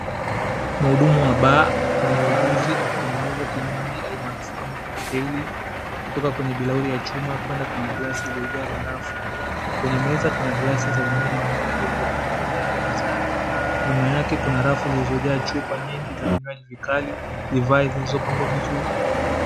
Muhudumu wa bar mwenye ujuzi akitengeneza kinywaji almaarufu kama “cocktail” kutoka kwenye bilauli ya chuma kwenda kwenye glasi ilojaaa barafu. Kwenye meza kuna glasi za vinywaji vingnine vilivotengenezwa tayari mezani, nyuma yake kuna rafu zilizojaa chupa nyingi za vinywaji vikali, divai zilizopangwa vizuri.